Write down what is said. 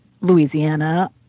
Louisiana